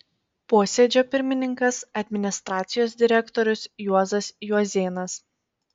posėdžio pirmininkas administracijos direktorius juozas juozėnas